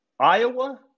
Iowa